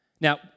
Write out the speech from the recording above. Now